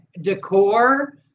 decor